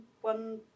one